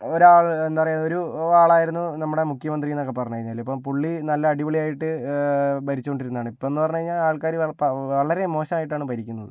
ഒരാൾ എന്താ പറയുക ഒരു ആളായിരുന്നു നമ്മുടെ മുഖ്യമന്ത്രിയെന്നൊക്കെ പറഞ്ഞു കഴിഞ്ഞാൽ ഇപ്പോൾ പുള്ളി നല്ല അടിപൊളിയായിട്ട് ഭരിച്ചുകൊണ്ടിരുന്നതാണ് ഇപ്പോഴെന്ന് പറഞ്ഞു കഴിഞ്ഞാൽ ആൾക്കാർ നല്ല ഇപ്പോൾ വളരേ മോശമായിട്ടാണ് ഭരിക്കുന്നത്